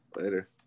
later